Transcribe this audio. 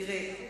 תראה,